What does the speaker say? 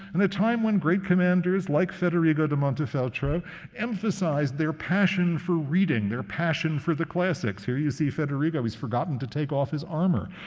and a time when great commanders like federigo da montefeltro emphasized their passion for reading, their passion for the classics. here you see federigo, he's forgotten to take off his armor,